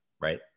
right